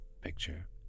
picture